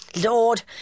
Lord